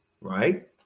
right